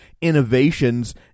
innovations